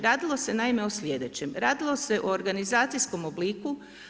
Radilo se naime o sljedeće, radilo se o organizacijskom obliku.